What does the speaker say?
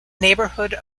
neighborhood